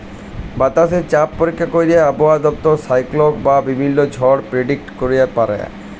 বাতাসে চাপ পরীক্ষা ক্যইরে আবহাওয়া দপ্তর সাইক্লল বা বিভিল্ল্য ঝড় পের্ডিক্ট ক্যইরতে পারে